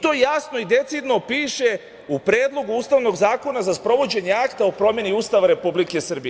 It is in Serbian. To jasno i decidno piše u Predlogu Ustavnog zakona za sprovođenje Akta o promeni Ustava Republike Srbije.